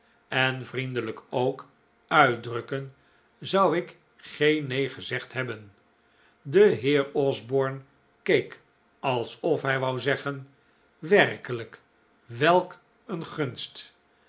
en vriendelijk ook uitdrukken zou ik geen nee gezegd hebben de heer osborne keek alsof hij wou zeggen werkelijk welk een gunst